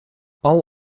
all